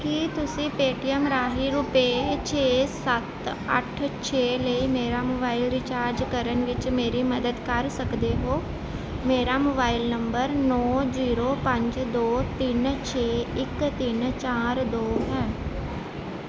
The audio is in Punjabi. ਕੀ ਤੁਸੀਂ ਪੇਟੀਐੱਮ ਰਾਹੀਂ ਰੁਪਏ ਛੇ ਸੱਤ ਅੱਠ ਛੇ ਲਈ ਮੇਰਾ ਮੋਬਾਈਲ ਰੀਚਾਰਜ ਕਰਨ ਵਿੱਚ ਮੇਰੀ ਮਦਦ ਕਰ ਸਕਦੇ ਹੋ ਮੇਰਾ ਮੋਬਾਈਲ ਨੰਬਰ ਨੌਂ ਜ਼ੀਰੋ ਪੰਜ ਦੋ ਤਿੰਨ ਛੇ ਇੱਕ ਤਿੰਨ ਚਾਰ ਦੋ ਹੈ